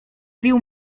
bił